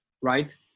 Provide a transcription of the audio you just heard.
Right